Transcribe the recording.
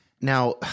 Now